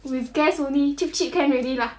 with guests only cheap cheap can already lah